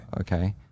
Okay